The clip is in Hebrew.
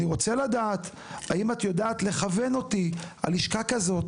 אני רוצה לדעת האם את יודעת לכוון אותי על לשכה כזאת